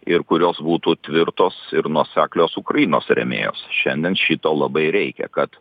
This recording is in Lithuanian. ir kurios būtų tvirtos ir nuoseklios ukrainos rėmėjos šiandien šito labai reikia kad